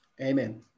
Amen